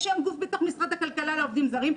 יש היום גוף בתוך משרד הכלכלה לעובדים זרים,